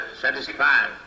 satisfied